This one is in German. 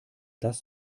das